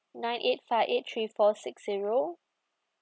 nine eight five eight three four six zero